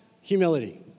humility